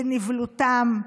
בנבלותם,